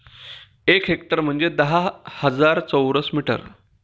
एक हेक्टर म्हणजे दहा हजार चौरस मीटर